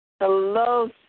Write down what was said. Hello